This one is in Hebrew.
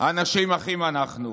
אנשים אחים אנחנו.